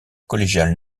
collégiale